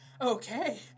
Okay